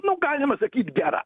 nu galima sakyt gera